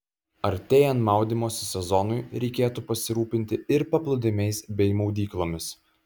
artėjant maudymosi sezonui reikėtų pasirūpinti ir paplūdimiais bei maudyklomis